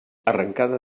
arrancada